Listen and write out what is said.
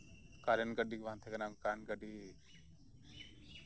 current ᱜᱟᱹᱰᱤ ᱵᱟᱝ ᱛᱟᱸᱦᱮ ᱠᱟᱱᱟ ᱠᱟᱨᱮᱱᱴ ᱜᱟᱹᱰᱤ